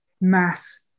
mass